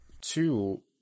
Two